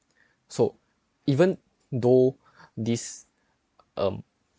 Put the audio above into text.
so even though this um